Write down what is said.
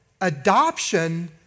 adoption